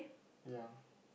ya